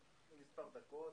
יכול להישאר בתוך בית שמש,